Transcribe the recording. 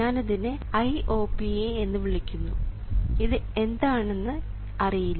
ഞാനിതിനെ IOPA എന്ന് വിളിക്കുന്നു ഇത് എന്താണെന്ന് അറിയില്ല